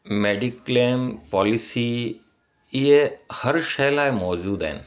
mediclaim policy इहे हर शइ लाइ मौजूदु आहिनि